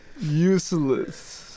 Useless